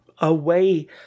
away